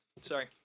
Sorry